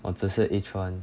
我只是 H one